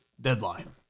deadline